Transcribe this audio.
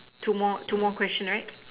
two more two more question right